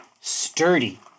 sturdy